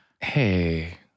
hey